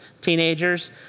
teenagers